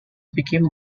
became